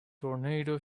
tornado